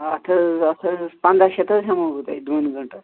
اتھ حظ اتھ حظ پندہ شیٚتھ حظ ہیٚمو بہٕ تۄہہِ دۄن گٲنٹَن